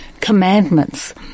commandments